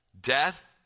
Death